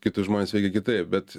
kitus žmones veikia kitaip bet